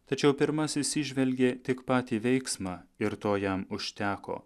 tačiau pirmasis įžvelgė tik patį veiksmą ir to jam užteko